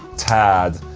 tad,